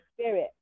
spirit